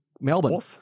Melbourne